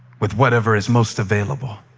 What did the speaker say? with whatever is most available,